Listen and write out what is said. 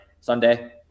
Sunday